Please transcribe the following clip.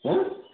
হ্যাঁ